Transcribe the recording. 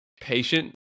patient